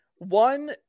One